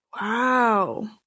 Wow